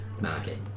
market